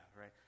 right